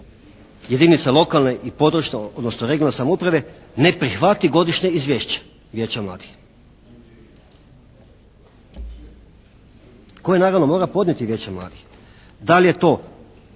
jedinica lokalne i područne, odnosno regionalne samouprave ne prihvati godišnje izvješće Vijeća mladih, koje naravno mora podnijeti Vijeće mladih. Da li je to,